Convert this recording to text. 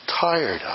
tired